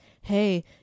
Hey